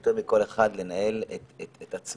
יותר טוב מכל אחד אחר לנהל את עצמן,